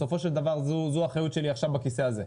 בסופו של דבר זו האחריות שלי עכשיו בכיסא הזה.